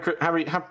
Harry